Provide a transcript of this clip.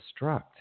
destruct